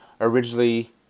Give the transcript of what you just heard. originally